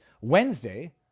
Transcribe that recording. Wednesday